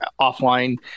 offline